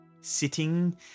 sitting